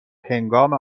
هنگام